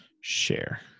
share